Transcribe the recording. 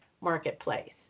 Marketplace